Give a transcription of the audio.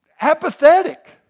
apathetic